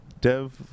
Dev